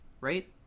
right